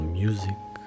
music